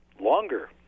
longer